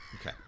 Okay